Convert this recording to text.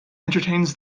entertains